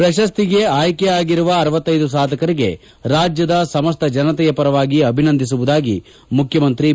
ಪ್ರಶಸ್ತಿಗೆ ಆಯ್ಕೆಯಾಗಿರುವ ಸಾಧಕರಿಗೆ ರಾಜ್ಯದ ಸಮಸ್ತ ಜನತೆಯ ಪರವಾಗಿ ಅಭಿನಂದಿಸುವುದಾಗಿ ಮುಖ್ಯಮಂತ್ರಿ ಬಿ